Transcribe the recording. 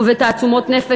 ובתעצומות נפש,